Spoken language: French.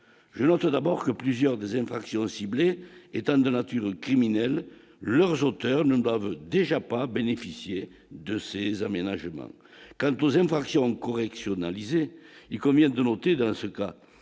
je note d'abord que plusieurs des infractions ciblées étant de nature criminelle leurs auteurs ne peuvent déjà pas bénéficier de ces aménagements, quant aux intentions en correctionnelle lisez-il comme il a de l'autre et dans ce cas,